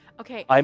Okay